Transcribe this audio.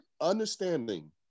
understanding